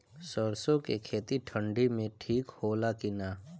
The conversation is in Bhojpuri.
सरसो के खेती ठंडी में ठिक होला कि ना?